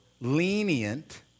lenient